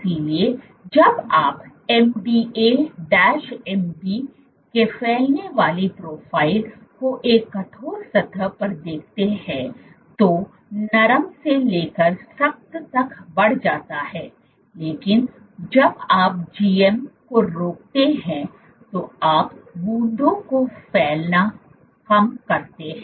इसलिए जब आप MDA MB के फैलने वाले प्रोफाइल को एक कठोर सतह पर देखते हैं तो नरम से लेकर सख्त तक बढ़ जाता है लेकिन जब आप GM को रोकते हैं तो आप बूंदों को फैलना काम करते हैं